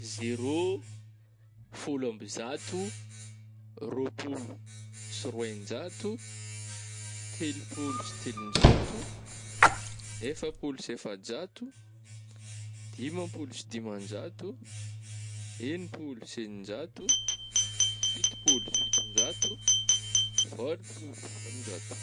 Zero, fôlo ambijato, rôpolo sy roenjato, telopôlo sy telonjato, efapôlo sy efajato, dimampolo sy dimanjato, enipolo sy eninajato, fitopôlo sy fitonjato, valopolo sy valonjato.